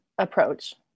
approach